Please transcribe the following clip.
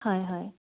হয় হয়